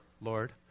Lord